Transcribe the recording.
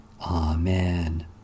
Amen